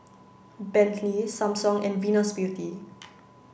Bentley Samsung and Venus Beauty